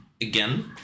again